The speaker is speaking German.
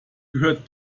gehört